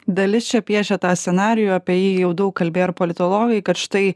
dalis čia piešia tą scenarijų apie jį jau daug kalbėjo ir politologai kad štai